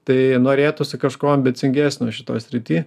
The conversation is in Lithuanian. tai norėtųsi kažko ambicingesnio šitoj srity